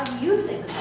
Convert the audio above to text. you think